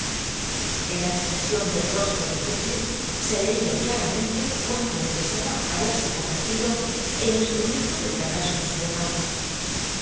en la expresión del rostro de heathcliff se leía claramente cuánto le pesaba haberse convertido en instrumento del fracaso de su venganza